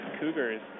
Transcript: Cougars